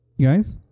Guys